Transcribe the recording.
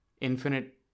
infinite